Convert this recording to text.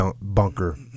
bunker